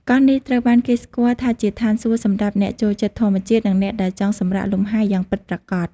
កោះនេះត្រូវបានគេស្គាល់ថាជាឋានសួគ៌សម្រាប់អ្នកចូលចិត្តធម្មជាតិ និងអ្នកដែលចង់សម្រាកលំហែយ៉ាងពិតប្រាកដ។